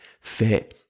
fit